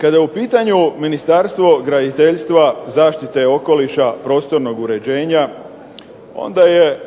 Kada je u pitanju Ministarstvo graditeljstva, zaštite okoliša, prostornog uređenja onda je